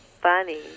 funny